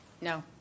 No